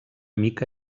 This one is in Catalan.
mica